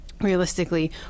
realistically